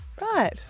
right